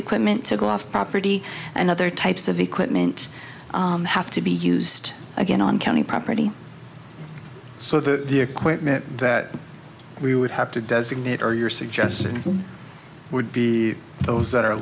equipment to go off property and other types of equipment have to be used again on county property so that the equipment that we would have to designate or you're suggesting would be those that are